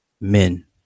Men